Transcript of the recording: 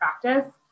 practice